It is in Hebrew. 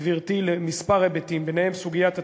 גברתי, לכמה היבטים, ובהם סוגיית התקציב,